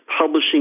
publishing